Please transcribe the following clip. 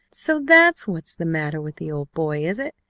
so that's what's the matter with the old boy, is it?